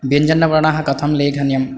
व्यञ्जनवर्णाः कथं लेखनियं